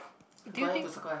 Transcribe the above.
do you think